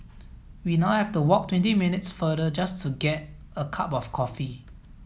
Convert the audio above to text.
we now have to walk twenty minutes farther just to get a cup of coffee